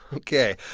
ok.